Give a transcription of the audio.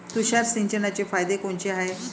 तुषार सिंचनाचे फायदे कोनचे हाये?